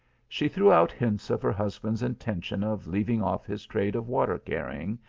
she threw out hints of her husband s intention of leaving oft his trade of water-carrying,